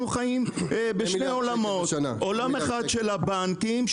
חיים בשני עולמות עולם אחד של הבנקים,